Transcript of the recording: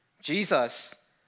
Jesus